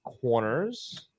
corners